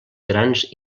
grans